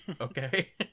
Okay